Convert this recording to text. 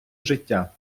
життя